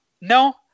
no